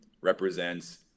represents